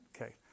Okay